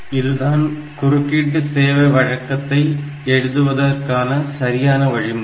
இதுதான் குறுக்கீட்டு சேவை வழக்கத்தை எழுதுவதற்கான சரியான வழிமுறை